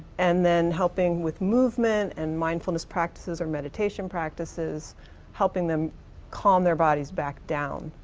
and then helping with movement and mindfulness practices or meditation practices helping them calm their bodies back down.